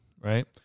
right